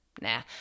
nah